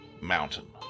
mountain